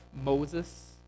Moses